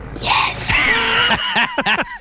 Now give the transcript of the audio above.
Yes